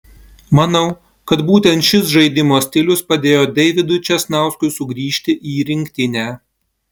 manau kad būtent šis žaidimo stilius padėjo deividui česnauskiui sugrįžti į rinktinę